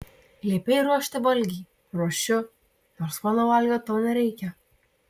liepei ruošti valgį ruošiu nors mano valgio tau nereikia